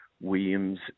Williams